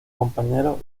compañeros